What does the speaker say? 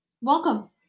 Welcome